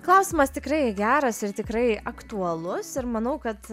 klausimas tikrai geras ir tikrai aktualus ir manau kad